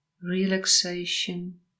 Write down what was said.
relaxation